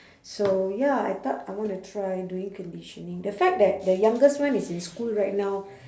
so ya I thought I wanna try doing conditioning the fact that the youngest one is in school right now